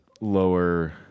lower